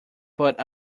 but